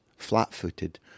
Flat-footed